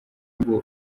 ngo